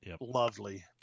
lovely